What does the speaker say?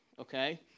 Okay